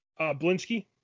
Blinsky